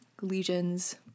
lesions